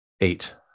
eight